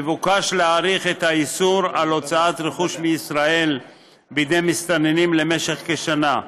מבוקש להאריך את האיסור על הוצאת רכוש מישראל בידי מסתננים למשך כשנה.